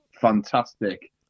fantastic